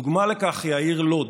דוגמה לכך היא העיר לוֹד,